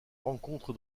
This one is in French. rencontre